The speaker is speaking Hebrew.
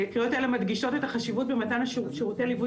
הקריאות האלה מדגישות את החשיבות במתן שירותי ליווי